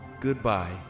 Goodbye